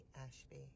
Ashby